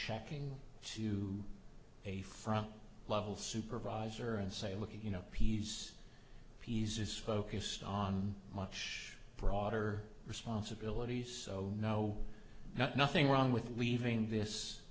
shocking to a front level supervisor and say look you know piece pieces focused on much broader responsibilities so no not nothing wrong with leaving this